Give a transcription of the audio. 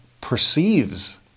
perceives